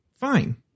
Fine